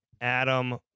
Adam